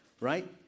right